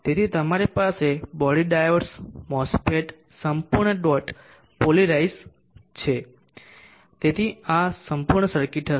તેથી તમારી પાસે બોડી ડાયોડ્સ MOSFET સંપૂર્ણ ડોટ પોલેરિટીઝ છે તેથી આ સંપૂર્ણ સર્કિટ હશે